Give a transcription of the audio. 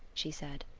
she said.